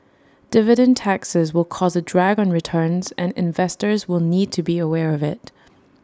dividend taxes will cause A drag on returns and investors will need to be aware of IT